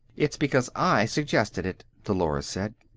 it's because i suggested it, dolores said.